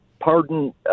Pardon